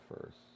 first